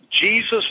Jesus